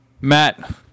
Matt